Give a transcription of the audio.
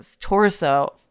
torso